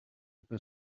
per